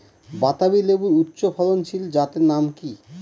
বাতাবি লেবুর উচ্চ ফলনশীল জাতের নাম কি?